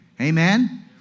Amen